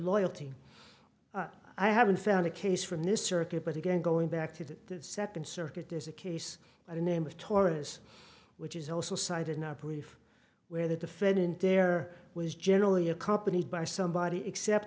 loyalty i haven't found a case from this circuit but again going back to the second circuit there's a case by the name of torres which is also cited an operative where the defendant there was generally accompanied by somebody except